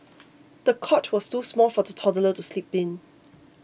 the cot was too small for the toddler to sleep in